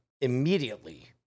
immediately